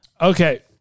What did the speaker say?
Okay